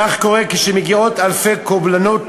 כך קורה שמגיעות אלפי קובלנות